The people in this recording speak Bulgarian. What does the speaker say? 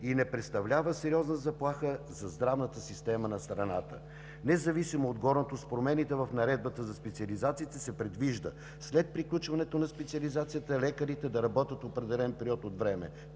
и не представлява сериозна заплаха за здравната система на страната. Независимо от горното, с промените в Наредбата за специализациите се предвижда след приключването на специализацията лекарите да работят определен период от време